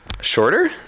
Shorter